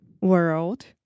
world